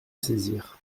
saisir